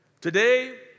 Today